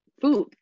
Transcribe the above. food